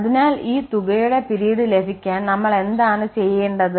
അതിനാൽ ഈ തുകയുടെ പിരീഡ് ലഭിക്കാൻ നമ്മൾ എന്താണ് ചെയ്യേണ്ടത്